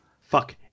Fuck